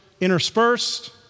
interspersed